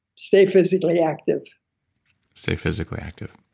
stay physically active stay physically active,